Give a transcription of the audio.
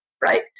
right